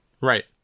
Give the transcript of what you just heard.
Right